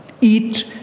eat